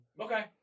Okay